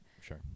Sure